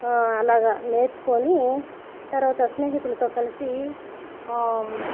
అలాగా నేర్చుకుని తర్వాత స్నేహితులతో కలిసి